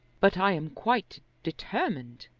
but i am quite determined,